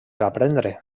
aprendre